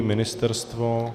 Ministerstvo?